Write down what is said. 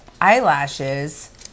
eyelashes